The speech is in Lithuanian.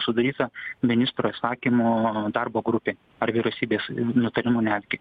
sudaryta ministro įsakymu darbo grupė ar vyriausybės nutarimu netgi